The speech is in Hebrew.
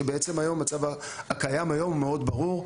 כשבעצם המצב הקיים היום הוא מאוד ברור,